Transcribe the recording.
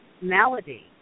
malady